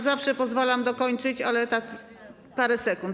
Zawsze pozwalam dokończyć, ale to tak parę sekund.